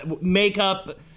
makeup